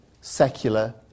secular